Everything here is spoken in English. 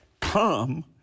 come